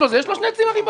יש לו שני צימרים בבית,